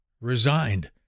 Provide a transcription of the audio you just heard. resigned